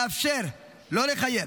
לאפשר, לא לחייב,